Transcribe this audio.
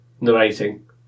narrating